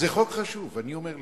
זה חוק חשוב, אני אומר לך,